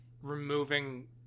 removing